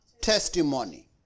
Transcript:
testimony